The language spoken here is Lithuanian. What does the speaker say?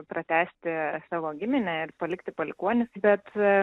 pratęsti savo giminę ir palikti palikuonis bet